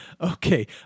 Okay